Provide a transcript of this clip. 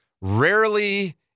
rarely